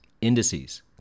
indices